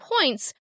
points